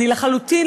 אני לחלוטין,